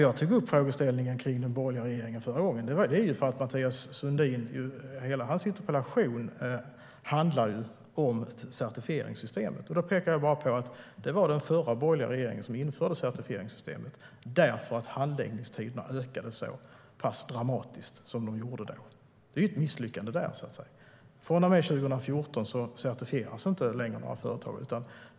Jag tog upp den borgerliga regeringen för att Mathias Sundins interpellation handlar om certifieringssystemet. Jag pekade på att den borgerliga regeringen införde certifieringssystemet för att handläggningstiderna ökade dramatiskt. Det var ett misslyckande. Men från och med 2014 certifieras inte längre några företag.